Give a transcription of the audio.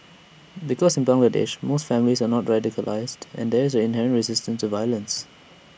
because in Bangladesh most families are not radicalised and there is an inherent resistance to violence